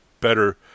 better